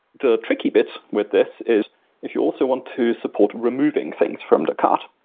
the tricky bit with this is if you also want to support removing things from the cart,